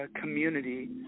Community